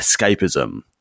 escapism